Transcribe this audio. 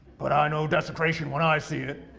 but i know desecration when i see it,